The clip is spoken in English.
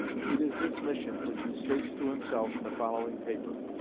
it is this mission which he states to himself in the following paper.